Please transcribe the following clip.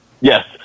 Yes